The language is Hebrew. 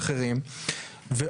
לא,